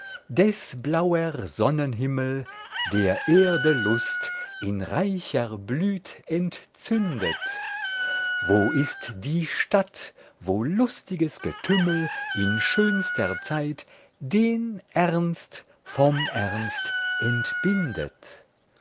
des blauer sonnenhimmel der erde lust in reicher blüt entzündet wo ist die stadt wo lustiges getümmel in schönster zeit den ernst vom ernst entbindet